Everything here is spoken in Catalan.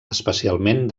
especialment